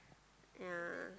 yeah